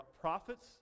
prophets